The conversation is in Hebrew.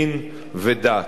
מין ודת.